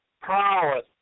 prowess